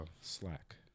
Slack